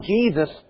Jesus